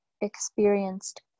experienced